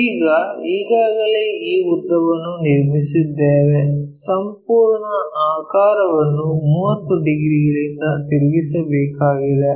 ಈಗ ಈಗಾಗಲೇ ಈ ಉದ್ದದ ಭಾಗವನ್ನು ನಿರ್ಮಿಸಿದ್ದೇವೆ ಈ ಸಂಪೂರ್ಣ ಆಕಾರವನ್ನು 30 ಡಿಗ್ರಿಗಳಿಂದ ತಿರುಗಿಸಬೇಕಾಗಿದೆ